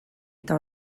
eta